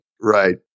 Right